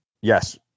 yes